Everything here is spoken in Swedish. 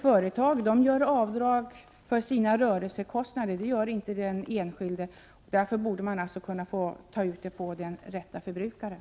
Företag gör avdrag för sina rörelsekostnader, men det gör inte en enskild. Därför borde man kunna ta ut kostnaden av den rätta förbrukaren.